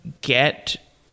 get